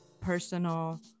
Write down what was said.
personal